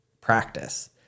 practice